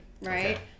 Right